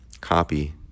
copy